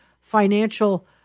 financial